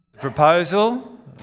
Proposal